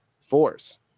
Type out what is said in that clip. force